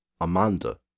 amanda